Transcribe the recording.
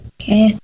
Okay